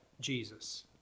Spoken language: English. Jesus